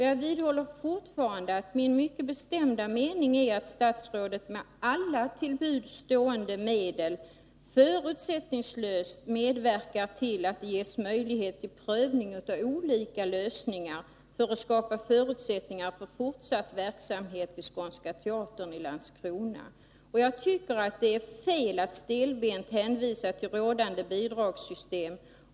Jag vidhåller fortfarande min mycket bestämda mening att statsrådet med alla till buds stående medel bör förutsättningslöst medverka till att det ges möjlighet till prövning av olika lösningar för att man skall kunna skapa förutsättningar för en fortsatt verksamhet vid Skånska Teatern i Landskrona. Det är enligt min uppfattning fel att stelbent hänvisa till rådande bidragssystem.